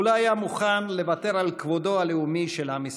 הוא לא היה מוכן לוותר על כבודו הלאומי של עם ישראל.